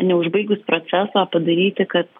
neužbaigus procesą padaryti kad